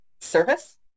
service